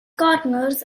corners